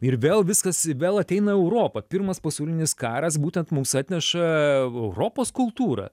ir vėl viskas vėl ateina į europą pirmas pasaulinis karas būtent mums atneša europos kultūrą